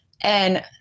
And-